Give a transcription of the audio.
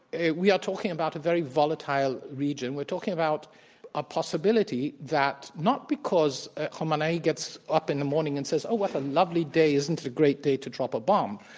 we are talking about a very volatile region. we're talking about a possibility that not because khamenei gets up in the morning and says, oh, what a lovely day, isn't it a great day to drop a bomb?